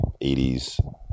80s